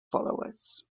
followers